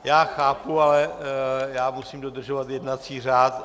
Já chápu, ale já musím dodržovat jednací řád.